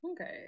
Okay